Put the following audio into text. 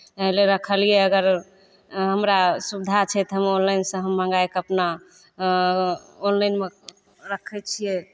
एहि लेल रखलियै अगर हमरा सुविधा छै तऽ हम ऑनलाइनसँ हम मङ्गाय कऽ अपना ऑनलाइनमे रखै छियै